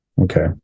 Okay